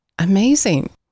Amazing